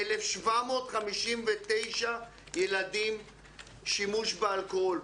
1,759 ילדים עם שימוש באלכוהול.